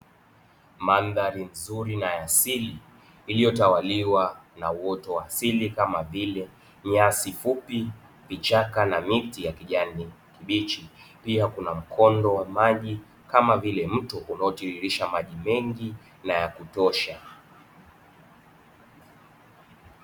Mandhari nzuri na ya asili, iliyotawaliwa na wote wa asili kama vile nyasi fupi, vichaka na miti ya kijani kibichi pia kuna mkondo wa maji kama vile mto ambao unaotiririsha maji mengi na ya kutosha.